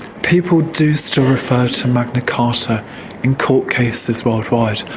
people do still refer to magna carta in court cases worldwide.